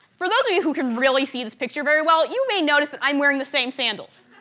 for those of you who can really see this picture very well, you may notice that i am wearing the same sandals.